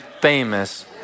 famous